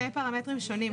מדובר בשני פרמטרים שונים.